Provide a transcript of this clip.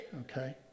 okay